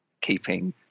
keeping